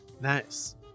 Nice